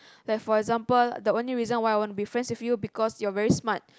like for example the only reason why I wanna be friends with you because you're very smart